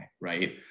right